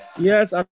Yes